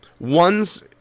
Ones